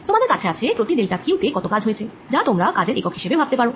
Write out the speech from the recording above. তোমাদের কাছে আছে প্রতি ডেল্টা Q তে কত কাজ হয়েছে যা তোমরা কাজের একক হিসেবে ভাবতে পারো